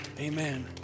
amen